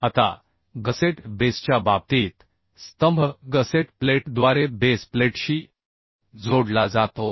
आता गसेट बेसच्या बाबतीत स्तंभ गसेट प्लेटद्वारे बेस प्लेटशी जोडला जातो